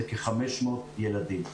זה כ-500 ילדים.